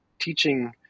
teaching